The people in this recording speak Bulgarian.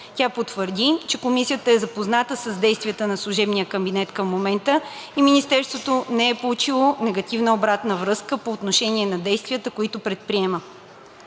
Тя потвърди, че Комисията е запозната с действията на служебния кабинет към момента и Министерството не е получило негативна обратна връзка по отношение на действията, които предприема.